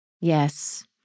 Yes